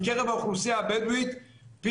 מקרב האוכלוסייה הבדואית,